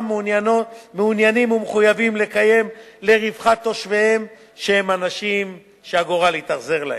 מעוניינים ומחויבים לקיים לרווחת תושביהם שהם אנשים שהגורל התאכזר אליהם.